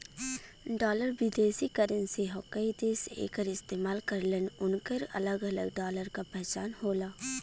dollar विदेशी currency हौ कई देश एकर इस्तेमाल करलन उनकर अलग अलग डॉलर क पहचान होला